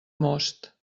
most